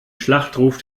schlachtruf